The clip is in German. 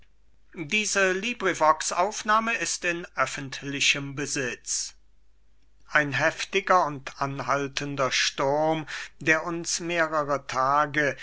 xlii aristipp an learchus zu korinth ein heftiger und anhaltender sturm der uns mehrere tage